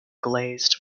glazed